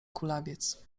kulawiec